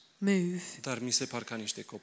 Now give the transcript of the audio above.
move